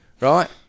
Right